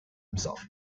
himself